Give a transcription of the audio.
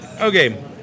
Okay